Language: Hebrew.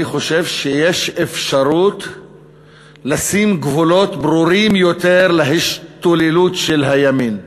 אני חושב שיש אפשרות לשים גבולות ברורים יותר להשתוללות של הימין.